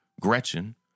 Gretchen